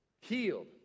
Healed